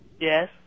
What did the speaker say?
Yes